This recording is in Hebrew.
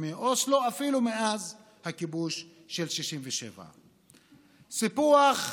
הסכמי אוסלו, אפילו מאז הכיבוש של 1967. סיפוח,